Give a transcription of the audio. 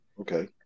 Okay